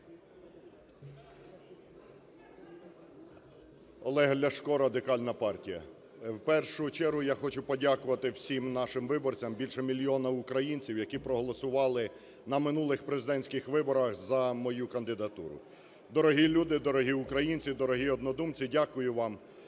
Олег Ляшко, Радикальна партія. В першу чергу, я хочу подякувати всім нашим виборцям, більше мільйона українців, які проголосували на минулих президентських виборах за мою кандидатуру. Дорогі люди, дорогі українці, дорогі однодумці, дякую вам!